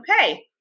okay